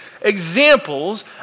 examples